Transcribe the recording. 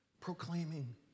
Proclaiming